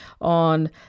on